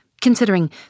considering